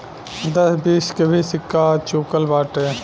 दस बीस के भी सिक्का आ चूकल बाटे